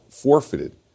forfeited